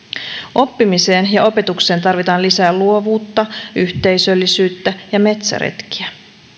oppimiseen ja opetukseen tarvitaan lisää luovuutta yhteisöllisyyttä ja metsäretkiä